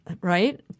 right